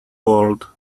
world